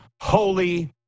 Holy